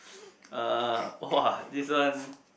uh !wah! this one